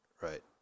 right